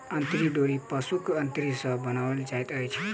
अंतरी डोरी पशुक अंतरी सॅ बनाओल जाइत अछि